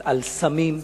על סמים,